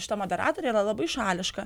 šita moderatorė yra labai šališka